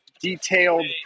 detailed